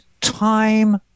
time